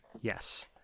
Yes